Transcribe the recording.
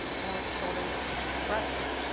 mowing shoulders, and cutting brush.